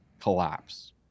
collapse